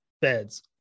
beds